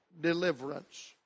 deliverance